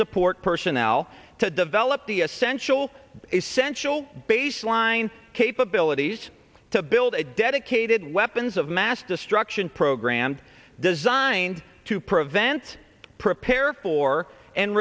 support personnel to develop the essential essential baseline capabilities to build a dedicated weapons of mass destruction program designed to prevent prepare for and